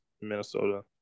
Minnesota